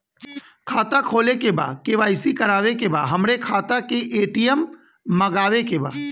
खाता खोले के बा के.वाइ.सी करावे के बा हमरे खाता के ए.टी.एम मगावे के बा?